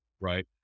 Right